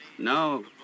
No